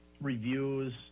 reviews